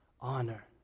honor